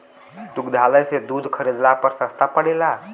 दुग्धालय से दूध खरीदला पर सस्ता पड़ेला?